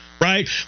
right